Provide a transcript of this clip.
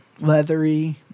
leathery